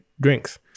drinks